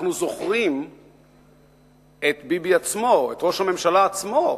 אנחנו זוכרים את ביבי עצמו, את ראש הממשלה עצמו,